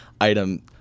item